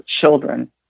children